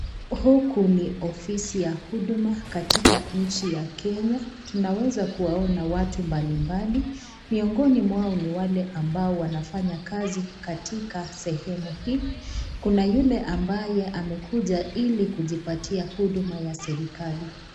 Huku ni ofisi ya Huduma katika nchi ya Kenya. Tunaweza kuwaona watu mbalimbali, miongoni mwao ni wale ambao wanafanya kazi katika sehemu hii. Kuna yule ambaye amekuja ili kujiipatia huduma ya serikali.